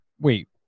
Wait